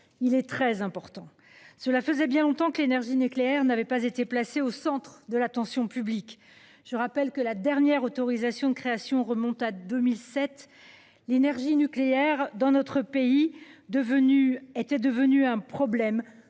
il est très important. Cela faisait bien longtemps que l'énergie nucléaire n'avait pas été placé au centre de l'attention publique. Je rappelle que la dernière autorisation de création remonte à 2007. L'énergie nucléaire dans notre pays, devenue était devenue un problème